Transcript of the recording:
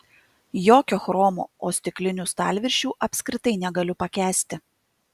jokio chromo o stiklinių stalviršių apskritai negaliu pakęsti